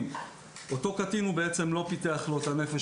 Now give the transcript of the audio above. אותו קטין הוא בעצם עוד לא פיתח את הנפש